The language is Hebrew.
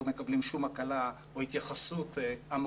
לא מקבלים שום הקלה או התייחסות,